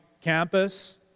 campus